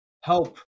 help